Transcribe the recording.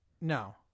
No